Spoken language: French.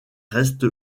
reste